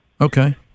Okay